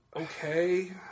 Okay